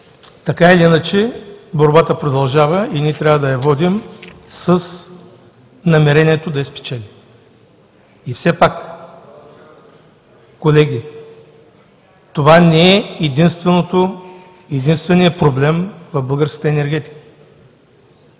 Така или иначе, борбата продължава и ние трябва да я водим с намерението да я спечелим. И все пак, колеги, това не е единственият проблем в българската енергетика.